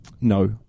No